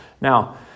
Now